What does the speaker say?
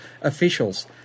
officials